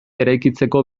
eraikitzeko